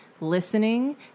listening